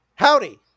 Howdy